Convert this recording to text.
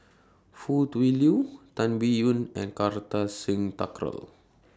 Foo Tui Liew Tan Biyun and Kartar Singh Thakral